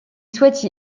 souhaite